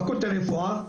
הפקולטה לרפואה,